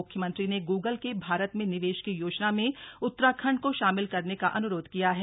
मुख्यमंत्री ने गूगल के भारत में निवेश की योजना में उत्तराखंड को शामिल करने का अन्रोध किया है